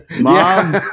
Mom